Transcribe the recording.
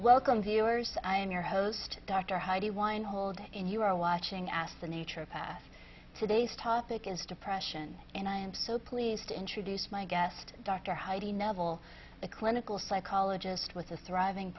welcome viewers i am your host dr heidi weinhold and you are watching ask the nature of past today's topic is depression and i am so pleased to introduce my guest dr heidi noble a clinical psychologist with a thriving